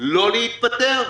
לא להתפטר?